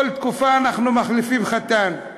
כל תקופה אנחנו מחליפים חתן,